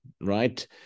right